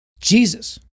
Jesus